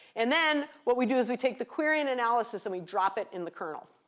and then what we do is we take the query and analysis, and we drop it in the kernel.